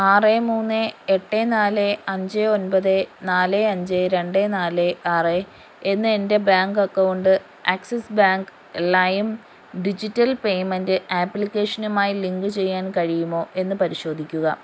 ആറ് മൂന്ന് എട്ട് നാല് അഞ്ച് ഒൻപത് നാല് അഞ്ച് രണ്ട് നാല് ആറ് എന്ന എൻ്റെ bank account Axis bank Lime digital payment ആപ്ലിക്കേഷനുമായി ലിങ്ക് ചെയ്യാൻ കഴിയുമോ എന്ന് പരിശോധിക്കുക